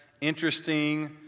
interesting